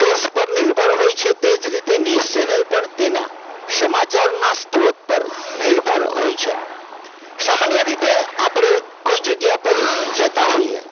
સ્ત્રોત પર નિર્ભર હોય છે તે જ રીતે ન્યુઝ ચેનલ પણ તેના સમાચારના સ્ત્રોત પર નિર્ભર હોય છે સામાન્ય રીતે આપણે કોઈ જગ્યા પર જતા હોઈએ